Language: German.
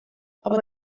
aber